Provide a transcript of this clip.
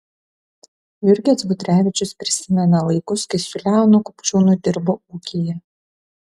jurgis budrevičius prisimena laikus kai su leonu kupčiūnu dirbo ūkyje